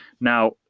Now